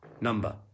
number